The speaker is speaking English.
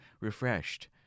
refreshed